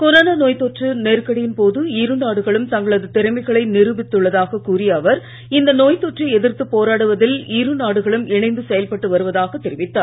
corona நோய்த்தொற்று நெருக்கடியின்போது இரு நாடுகளும் தங்களது திறமைகளை நிரூபித்துள்ளதாக கூறிய அவர் இந்த தோய்த்தொற்றை எதிர்த்துப் போராடுவதில் இரு நாடுகளும் இணைந்து செயல்பட்டு வருவதாக தொிவித்தார்